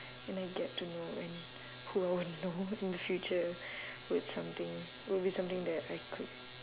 and I get to know and who I wanna know in the future would something would be something that I could